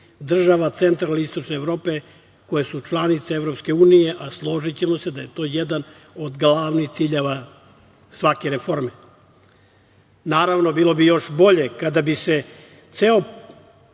država centralne i istočne Evrope koje su članice EU, a složićemo se da je to jedan od glavnih ciljeva svake reforme. Naravno, bilo bi još bolje kada bi se ceo